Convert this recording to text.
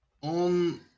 on